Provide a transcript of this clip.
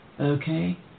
Okay